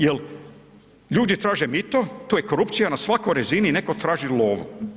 Jel ljudi traže mito, to je korupcija na svakoj razini neko traži lovu.